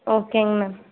ஓகேங்க மேம்